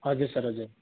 हजुर सर हजुर